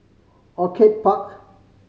Orchid Park